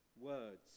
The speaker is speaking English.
words